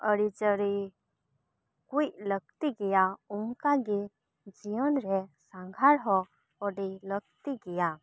ᱟᱹᱲᱤᱪᱟᱹᱲᱤ ᱠᱩᱡ ᱞᱟᱹᱠᱛᱤ ᱜᱮᱭᱟ ᱚᱱᱠᱟ ᱜᱮ ᱡᱤᱭᱚᱱ ᱨᱮ ᱥᱟᱸᱜᱷᱟᱨ ᱦᱚᱸ ᱟᱹᱰᱤ ᱞᱟᱹᱠᱛᱤ ᱜᱮᱭᱟ